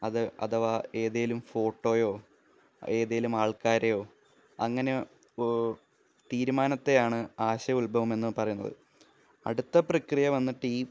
അത് അഥവാ ഏതെങ്കിലും ഫോട്ടോയോ ഏതെങ്കിലും ആള്ക്കാരെയോ അങ്ങനെയോ ഇപ്പോൾ തീരുമാനത്തെയാണ് ആശയ ഉത്ഭവം എന്നു പറയുന്നത് അടുത്ത പ്രക്രിയ വന്നിട്ട് ഈ